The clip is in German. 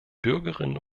bürgerinnen